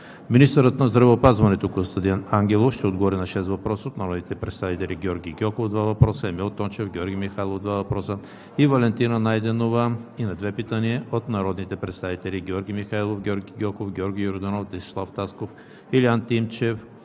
Министърът на здравеопазването Костадин Ангелов ще отговори на шест въпроса от народните представители Георги Гьоков – два въпроса; Емил Тончев; Георги Михайлов – два въпроса; и Валентина Найденова и на две питания от народните представители Георги Михайлов, Георги Гьоков, Георги Йорданов, Десислав Тасков, Илиян Тимчев,